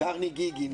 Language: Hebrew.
קרני גיגי נמצאת גם כן.